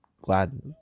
glad